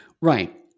right